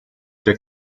der